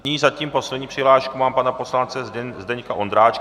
Nyní zatím poslední přihlášku mám pana poslance Zdeňka Ondráčka.